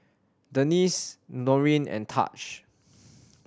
Denese Norine and Taj